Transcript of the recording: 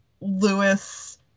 Lewis